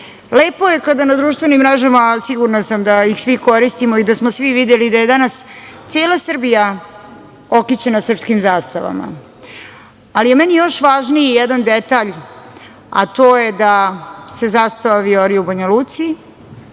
lepo je kada na društvenim mrežama, sigurna sam da ih svi koristimo i da smo svi videli da je danas cela Srbija okićena srpskim zastavama, ali je meni još važniji jedan detalj, a to je da se zastava vijori u Banja Luci,